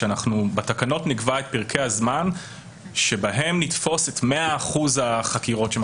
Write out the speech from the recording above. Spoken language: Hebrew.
שבתקנות נקבע את פרקי הזמן שבהם נתפוס את 100% החקירות.